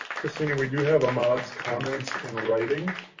kristina, we do have ahmed's comments in writing.